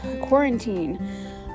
quarantine